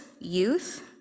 youth